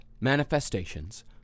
manifestations